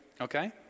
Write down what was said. okay